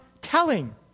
telling